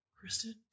Kristen